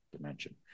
dimension